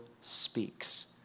speaks